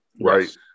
right